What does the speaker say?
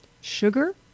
sugar